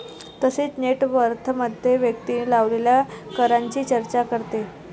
तसेच नेट वर्थमध्ये व्यक्तीने लावलेल्या करांची चर्चा करते